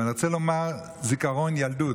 אבל אני רוצה לומר זיכרון ילדות.